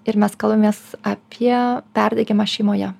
ir mes kalbamės apie perdegimą šeimoje